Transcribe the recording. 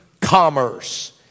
commerce